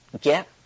get